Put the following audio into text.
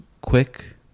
quick